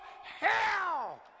hell